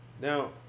now